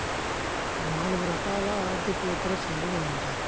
నాలుగు రకాల ఆర్థికేతర సేవలు ఏమిటీ?